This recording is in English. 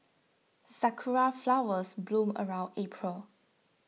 sakura flowers bloom around April